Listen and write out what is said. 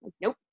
Nope